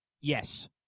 Yes